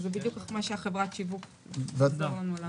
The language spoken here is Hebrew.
אבל זה מה שחברת השיווק תעזור לנו לראות.